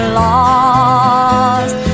lost